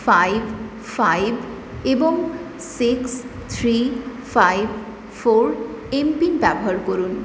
five five এবং six three five four MPIN ব্যবহার করুন